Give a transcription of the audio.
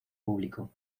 público